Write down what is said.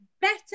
better